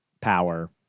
power